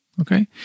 Okay